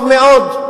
טוב מאוד,